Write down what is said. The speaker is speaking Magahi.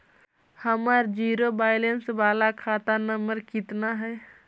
हमर जिरो वैलेनश बाला खाता नम्बर कितना है?